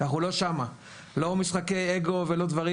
לא משחקי אגו ולא דברים.